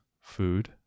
food